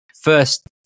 first